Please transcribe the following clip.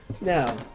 No